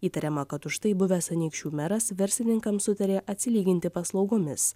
įtariama kad už tai buvęs anykščių meras verslininkam sutarė atsilyginti paslaugomis